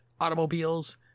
Automobiles